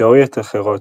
תאוריות אחרות,